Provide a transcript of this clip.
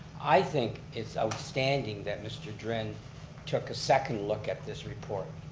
i think it's outstanding that mr. dren took a second look at this report.